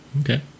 okay